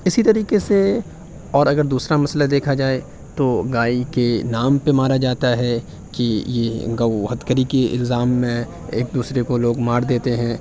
اسی طریقے سے اور اگر دوسرا مسئلہ دیکھا جائے تو گائے کے نام پہ مارا جاتا ہے کہ یہ گئو ہتکری کے الزام میں ایک دوسرے کو لوگ مار دیتے ہیں